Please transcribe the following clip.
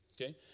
Okay